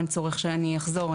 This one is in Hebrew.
אין צורך שאני אחזור.